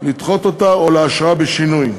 לדחות אותה או לאשרה בשינוי.